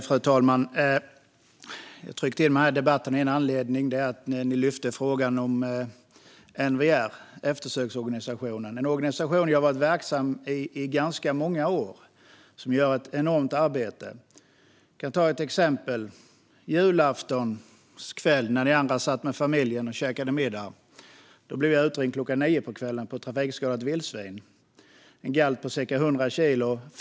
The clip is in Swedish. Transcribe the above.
Fru talman! Jag valde att gå upp i debatten eftersom eftersöksorganisationen NVR nämndes. Jag har varit verksam i denna organisation i ganska många år, och vi gör ett enormt arbete. Låt mig ta ett exempel. På julaftonskvällen, när ni andra åt middag med familjen, blev jag utkallad klockan nio på grund av ett trafikskadat vildsvin, en galt på ca 100 kilo.